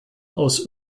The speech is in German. aus